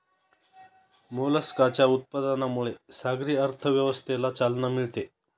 मोलस्काच्या उत्पादनामुळे सागरी अर्थव्यवस्थेला चालना मिळते